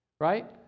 Right